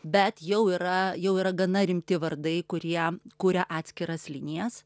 bet jau yra jau yra gana rimti vardai kurie kuria atskiras linijas